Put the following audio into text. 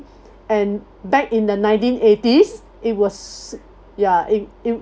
and back in the nineteen eighties it was ya it it